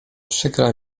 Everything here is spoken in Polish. przykra